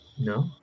No